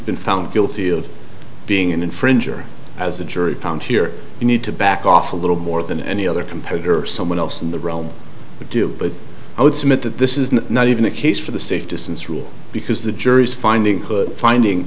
been found guilty of being an infringer as the jury found here you need to back off a little more than any other competitor someone else in the realm would do but i would submit that this is not even a case for the safe distance rule because the jury's finding finding